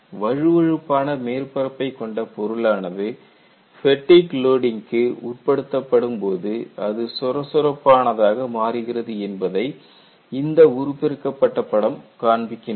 வழுவழுப்பான மேற்பரப்பைக் கொண்ட பொருளானது ஃபேட்டிக் லோடிங்க்கு உட்படுத்தப்படும்போது அது சொரசொரப்பானதாக மாறுகிறது என்பதை இந்த உருபெருக்கப்பட்ட படம் காண்பிக்கின்றது